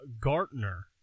Gartner